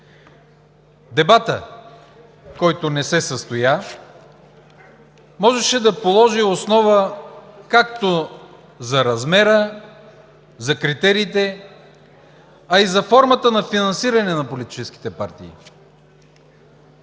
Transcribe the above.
Дебатът, който не се състоя, можеше да положи основа както за размера, за критериите, а и за формата на финансиране на политическите партии.